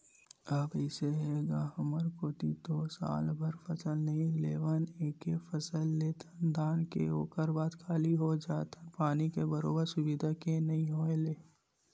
अब अइसे हे गा हमर कोती तो सालभर फसल नइ लेवन एके फसल लेथन धान के ओखर बाद खाली हो जाथन पानी के बरोबर सुबिधा के नइ होय ले